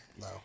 No